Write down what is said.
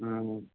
ആണോ